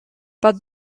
but